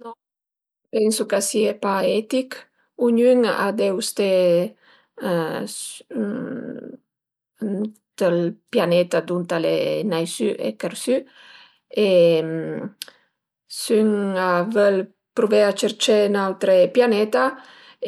No, pensu ch'a sia pa etich, ognün a deu sta ënt ël pianeta dunt al e naisü e chersü e s'ün a völ pruvé a cercé ün autre pianeta